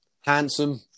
handsome